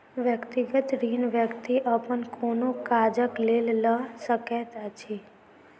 व्यक्तिगत ऋण व्यक्ति अपन कोनो काजक लेल लऽ सकैत अछि